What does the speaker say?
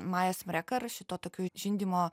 maja smrekar šituo tokiu žindymo